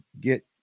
get